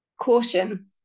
Caution